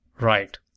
right